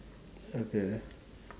okay